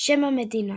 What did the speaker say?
שם המדינה